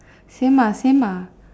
same ah same ah